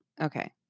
Okay